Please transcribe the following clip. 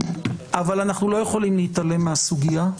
אבל אנחנו לא יכולים להתעלם מהסוגיה.